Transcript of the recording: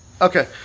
Okay